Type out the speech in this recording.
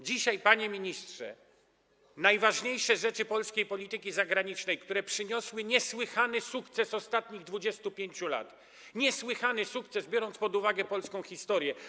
Dzisiaj, panie ministrze, najważniejsze rzeczy polskiej polityki zagranicznej, które przyniosły niesłychany sukces ostatnich 25 lat, niesłychany sukces, biorąc pod uwagę polską historię.